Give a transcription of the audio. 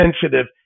sensitive